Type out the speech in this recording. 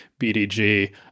BDG